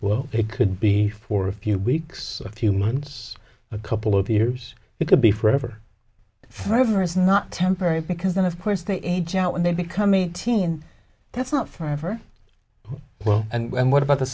well it could be for a few weeks a few months a couple of years it could be forever forever is not temporary because then of course they age out when they become a teen that's not forever oh well and what about the